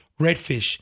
redfish